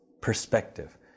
perspective